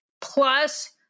plus